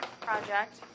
Project